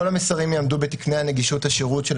כל המסרים יעמדו בתקני נגישות השירות של